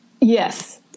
Yes